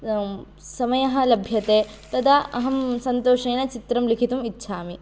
समयः लभ्यते तदा अहं सन्तोषेण चित्रं लिखितुम् इच्छामि